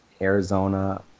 Arizona